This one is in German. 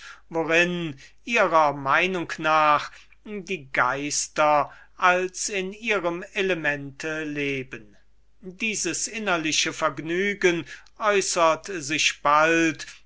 worin nach der meinung der morgenländischen weisen die geister als in ihrem elemente leben dieses innerliche vergnügen äußert sich bald